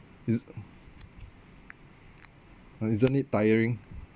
is isn't it tiring